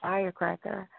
Firecracker